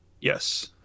Yes